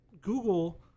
Google